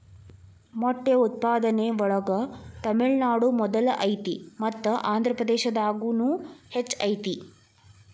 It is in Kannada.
ಮೊಟ್ಟೆ ಉತ್ಪಾದನೆ ಒಳಗ ತಮಿಳುನಾಡು ಮೊದಲ ಐತಿ ಮತ್ತ ಆಂದ್ರಪ್ರದೇಶದಾಗುನು ಹೆಚ್ಚ ಐತಿ